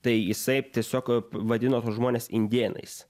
tai jisai tiesiog vadino tuos žmones indėnais